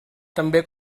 també